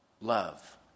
love